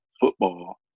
football